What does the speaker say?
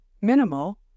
minimal